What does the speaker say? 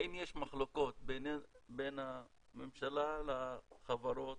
האם יש מחלוקות בין הממשלה לחברות